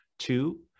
two